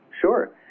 Sure